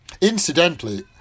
Incidentally